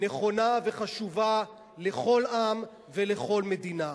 נכונה וחשובה לכל עם ולכל מדינה,